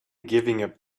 giving